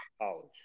college